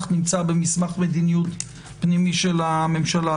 נמצא במסמך מדיניות פנימי של הממשלה.